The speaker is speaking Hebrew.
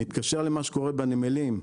מתקשר למה שקורה בנמלים,